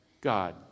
God